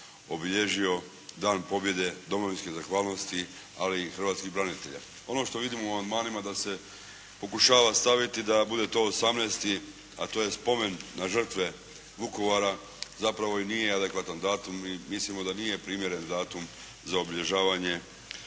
obilježio Dan pobjede domovinske zahvalnosti, ali i hrvatskih branitelja. Ono što vidimo u amandmanima da se pokušava staviti da bude to 18.-tog, a to je spomen na žrtve Vukovara, zapravo i nije adekvatan datum i mislimo da nije primjeren datum za obilježavanje